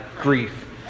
grief